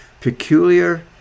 peculiar